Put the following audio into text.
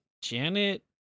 Janet